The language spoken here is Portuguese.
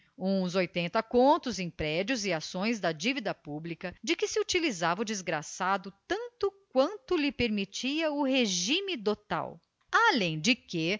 uns oitenta contos em prédios e ações da divida publica de que se utilizava o desgraçado tanto quanto lhe permitia o regime dotal além de que